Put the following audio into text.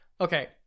Okay